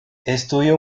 estudió